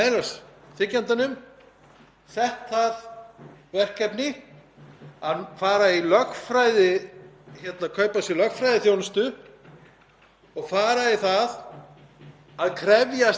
og fara í það að krefjast meðlags af viðkomandi einstaklingi. Þetta er bara kostnaður upp á mörg hundruð þúsund ef ekki milljónir sem viðkomandi þarf að fara í.